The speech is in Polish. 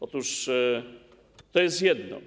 Otóż to jest jedno.